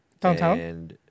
Downtown